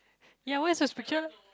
ya where is his picture